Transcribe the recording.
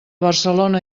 barcelona